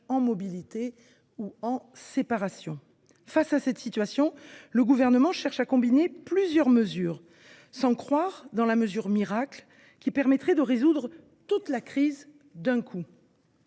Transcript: de mobilité ou de séparation. Face à cela, le Gouvernement cherche à combiner plusieurs mesures, sans croire en la mesure miracle qui permettrait de résoudre toute la crise d’un coup.